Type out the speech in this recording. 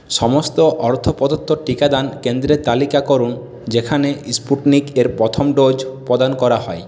সমস্ত অর্থ প্রদত্ত টিকাদান কেন্দ্রের তালিকা করুন যেখানে ইস্পুটনিক এর প্রথম ডোজ প্রদান করা হয়